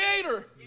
creator